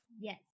Yes